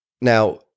Now